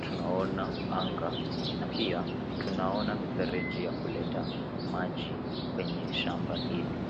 Tunaona anga na pia tunaona mifereji ya kuleta maji kwenye shamba hili.